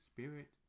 Spirit